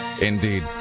Indeed